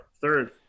Third